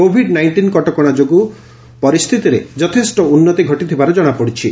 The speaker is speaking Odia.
କୋଭିଡ ନାଇଷ୍ଟିନ୍ କଟକଣା ଲାଗୁ ଯୋଗୁଁ ପରିସ୍ଥିତିରେ ଯଥେଷ୍ଟ ଉନ୍ନତି ଘଟିଥିବାର କଣାପଡିଛି